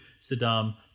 Saddam